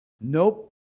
Nope